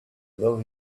though